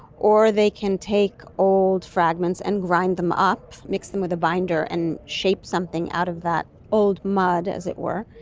or they can take old fragments and grind them up, mix them with a binder and shape something out of that old mud, as it were.